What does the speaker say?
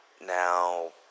Now